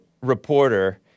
reporter